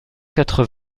quatre